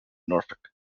norfolk